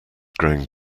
growing